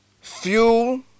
fuel